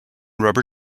rubber